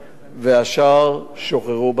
והשאר שוחררו בתחנה.